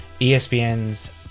ESPN's